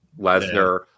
Lesnar